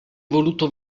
voluto